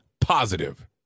positive